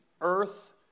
earth